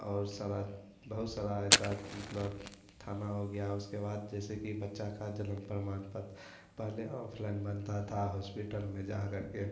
और सारा बहुत सारा ऐसा मतलब थाना हो गिया उसके बाद जैसे की बच्चा का जन्म पहले ऑफलाइन बनता था हॉस्पिटल में जाकर के